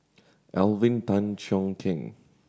Alvin Tan Cheong Kheng